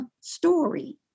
story